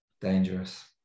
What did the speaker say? dangerous